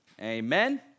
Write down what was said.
Amen